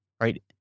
Right